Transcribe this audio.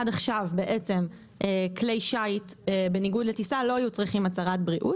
עד עכשיו כלי שיט - בניגוד לטיסה - לא היו צריכים הצהרת בריאות.